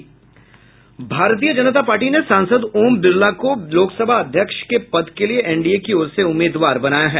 भारतीय जनता पार्टी ने सांसद ओम बिरला को लोकसभा अध्यक्ष के पद के लिए एनडीए की ओर से उम्मीदवार बनाया है